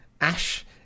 Ash